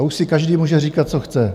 To už si každý může říkat, co chce.